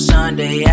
Sunday